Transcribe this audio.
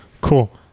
Cool